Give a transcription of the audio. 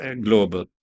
global